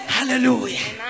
Hallelujah